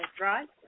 right